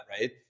right